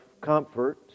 comfort